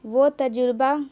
وہ تجربہ